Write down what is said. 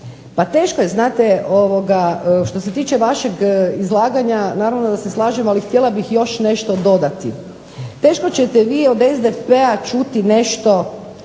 pa teško je znate što se tiče vašeg izlaganja naravno da se slažem, ali htjela bih još nešto dodati. Teško ćete vi od SDP-a čuti nešto